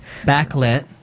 backlit